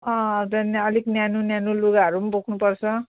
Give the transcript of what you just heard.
अँ देन अलिक न्यानो न्यानो लुगाहरू पनि बोक्नुपर्छ